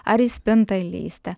ar į spintą įlįsti